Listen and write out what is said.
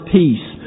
peace